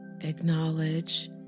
Acknowledge